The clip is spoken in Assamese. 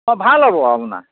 ভাল হ'ব আপোনাৰ